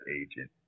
agent